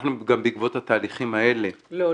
אנחנו גם בעקבות התהליכים האלה --- לא,